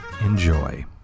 Enjoy